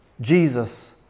Jesus